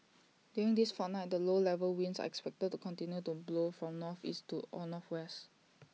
during this fortnight the low level winds are expected to continue to blow from northeast to or northwest